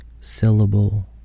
syllable